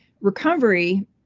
recovery